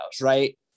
Right